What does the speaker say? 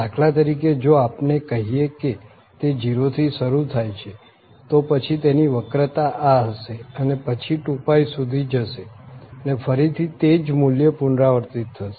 દાખલા તરીકે જો આપને કહીએ કે તે 0 થી શરુ થાય છે તો પછી તેની વક્રતા આ હશે અને પછી 2π સુધી જશે અને ફરી થી તે જ મુલ્ય પુનરાવર્તિત થશે